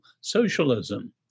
socialism